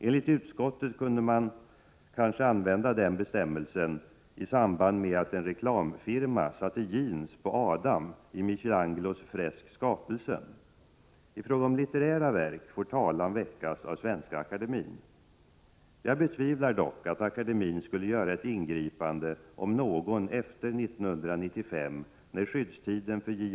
Enligt utskottet kunde kanske den bestämmelsen ha tillämpats när en reklamfirma satte jeans på Adam i Michelangelos fresk Skapelsen. I fråga om litterära verk får talan väckas av Svenska akademien. Jag betvivlar dock att akademien skulle göra ett ingripande om någon efter 1995, när skyddstiden för J.